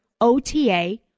OTA